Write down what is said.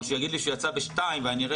או שהוא יגיד לי שהוא יצא ב-14:00 ואני אראה